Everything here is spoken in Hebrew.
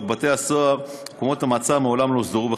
בבתי-הסוהר ובמקומות המעצר מעולם לא הוסדרו בחקיקה.